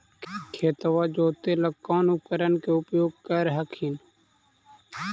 खेतबा जोते ला कौन उपकरण के उपयोग कर हखिन?